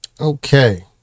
Okay